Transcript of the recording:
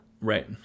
Right